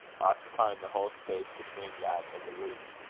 occupying the whole space between that and the roof.